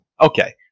Okay